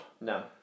No